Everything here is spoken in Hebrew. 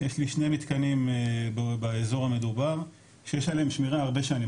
יש לי שני מתקנים באזור המדובר שיש עליהם שמירה הרבה שנים.